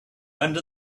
and